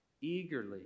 Eagerly